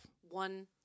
One